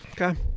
Okay